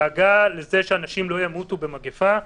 דאגה לזה שאנשים לא ימותו במגפה.